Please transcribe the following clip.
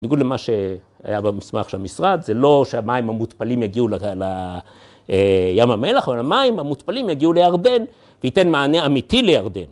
בניגוד למה שהיה במסמך של המשרד, זה לא שהמים המותפלים יגיעו לים המלח, אבל המים המותפלים יגיעו לירדן וייתן מענה אמיתי לירדן.